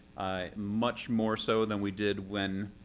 much more so than we did when